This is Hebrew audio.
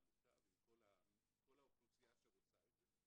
עם העמותה ועם כל האוכלוסיה שרוצה את זה.